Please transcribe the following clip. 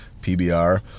PBR